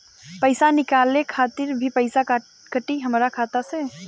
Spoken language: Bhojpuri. पईसा निकाले खातिर भी पईसा कटी हमरा खाता से?